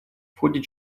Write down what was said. входит